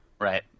Right